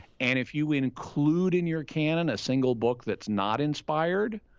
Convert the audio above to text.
and if you include in your canon a single book that's not inspired,